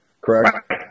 correct